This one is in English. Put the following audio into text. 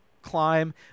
climb